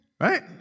Right